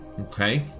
okay